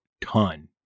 ton